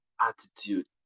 attitude